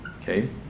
okay